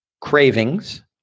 cravings